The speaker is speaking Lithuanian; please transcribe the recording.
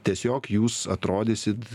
tiesiog jūs atrodysit